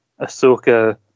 Ahsoka